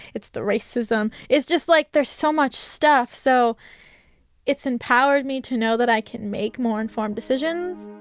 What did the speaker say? it's the racism. it's just like there's so much stuff. so it's empowered me to know that i can make more informed decisions